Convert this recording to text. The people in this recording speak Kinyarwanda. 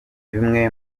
bimwe